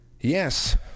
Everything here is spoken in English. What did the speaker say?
Yes